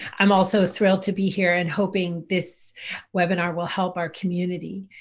i'm also thrilled to be here and hoping this webinar will help our community.